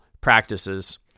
practices